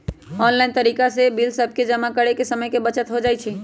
online तरिका से bill सभके जमा करे से समय के बचत हो जाइ छइ